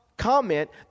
comment